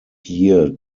year